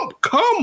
come